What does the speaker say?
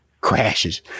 crashes